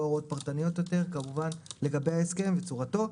הוראות פרטניות יותר כמובן לגבי ההסדר וצורתו,